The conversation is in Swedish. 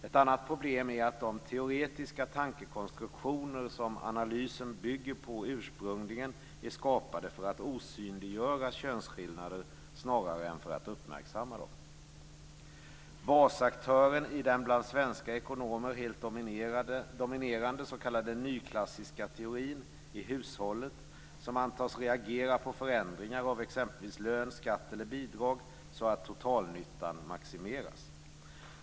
Ett annat problem är att de teoretiska tankekonstruktioner som analysen bygger på ursprungligen är skapade för att osynliggöra könsskillnader snarare än för att uppmärksamma dem. Basaktören i den bland svenska ekonomer helt dominerande s.k. nyklassiska teorin är hushållet som antas reagera på förändringar av exempelvis lön, skatt eller bidrag så att totalnyttan maximeras.